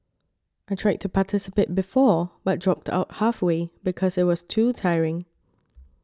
I tried to participate before but dropped out halfway because it was too tiring